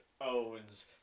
owns